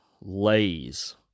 lays